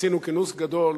עשינו כינוס גדול